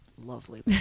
lovely